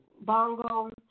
bongo